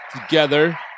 together